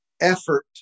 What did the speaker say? effort